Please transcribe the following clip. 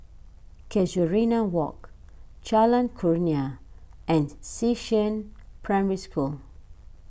Casuarina Walk Jalan Kurnia and Xishan Primary School